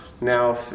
Now